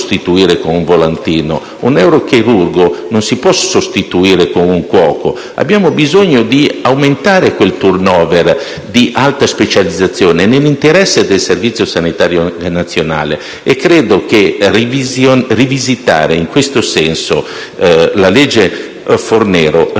un neurochirurgo non si può sostituire con un cuoco. Abbiamo bisogno di aumentare quel *turnover* di alta specializzazione, nell'interesse del Servizio sanitario nazionale e della salute pubblica. Credo che la rivisitazione in questo senso della legge Fornero riporterà